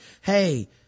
hey